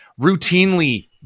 routinely